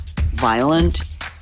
violent